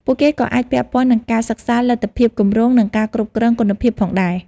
ពួកគេក៏អាចពាក់ព័ន្ធនឹងការសិក្សាលទ្ធភាពគម្រោង និងការគ្រប់គ្រងគុណភាពផងដែរ។